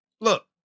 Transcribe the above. look